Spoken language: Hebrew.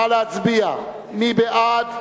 נא להצביע, מי בעד?